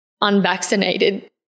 unvaccinated